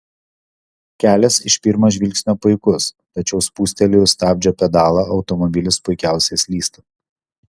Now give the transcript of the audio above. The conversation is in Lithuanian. kelias iš pirmo žvilgsnio puikus tačiau spustelėjus stabdžio pedalą automobilis puikiausiai slysta